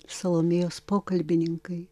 salomėjos pokalbininkai